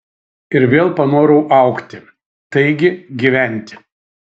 ir vėl panorau augti taigi gyventi